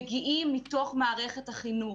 מגיעים מתוך מערכת החינוך.